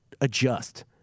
adjust